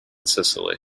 sicily